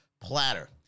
platter